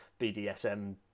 BDSM